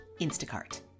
Instacart